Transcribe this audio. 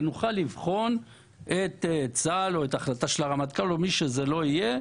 ונוכל לבחון את צה"ל או החלטת הרמטכ"ל או מי שזה לא יהיה,